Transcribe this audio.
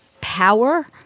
power